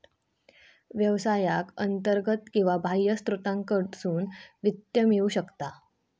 व्यवसायाक अंतर्गत किंवा बाह्य स्त्रोतांकडसून वित्त मिळू शकता